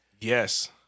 Yes